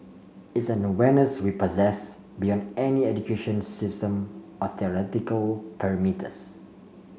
it's an awareness we possess beyond any education system or theoretical perimeters